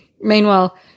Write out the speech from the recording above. Meanwhile